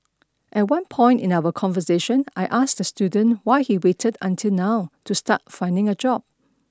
at one point in our conversation I asked the student why he waited until now to start finding a job